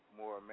more